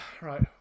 right